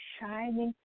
shining